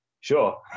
sure